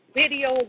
video